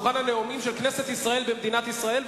דוכן הנואמים של כנסת ישראל במדינת ישראל,